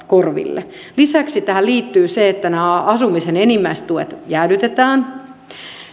korville lisäksi tähän liittyy se että asumisen enimmäistuet jäädytetään